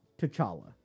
T'Challa